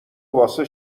واسه